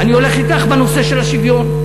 אני הולך אתך בנושא של השוויון.